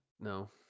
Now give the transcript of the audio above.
no